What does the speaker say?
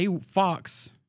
Fox